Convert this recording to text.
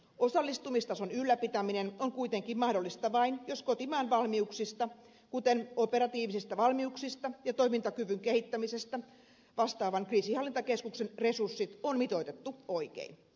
osallistumistason ylläpitäminen on kuitenkin mahdollista vain jos kotimaan valmiuksista kuten operatiivisista valmiuksista ja toimintakyvyn kehittämisestä vastaavan kriisinhallintakeskuksen resurssit on mitoitettu oikein